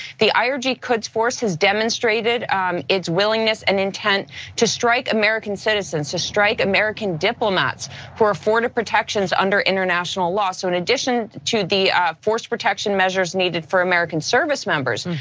the irg quds force has demonstrated its willingness and intent to strike american citizens to strike american diplomats for for protections under international law. so in addition to the force protection measures needed for american service members.